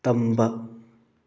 ꯇꯝꯕ